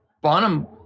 Bonham